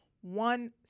one